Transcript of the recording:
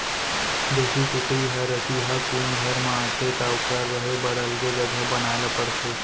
देसी कुकरी ह रतिहा कुन घर म आथे त ओकर रहें बर अलगे जघा बनाए ल परथे